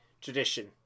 tradition